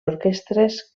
orquestres